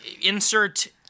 Insert